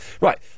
Right